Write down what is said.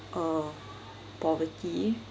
uh poverty